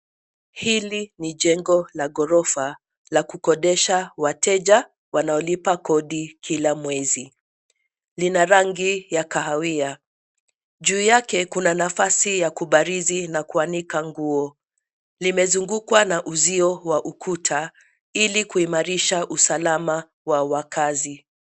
Hili ni jengo la ghorofa la kukodesha wateja wanaolipa kodi kila mwezi. Lina rangi ya kahawia. Juu yake kuna nafasi ya kubarizi na kuanika nguo. Limezungukwa na uzio wa ukuta ili kuimarisha usalama wa wakaazi.